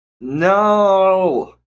No